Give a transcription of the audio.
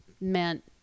meant